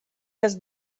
does